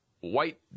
white